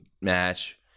match